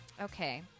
Okay